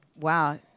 wow